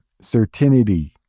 certainty